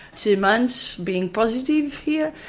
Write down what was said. two months being positive here.